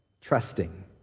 trusting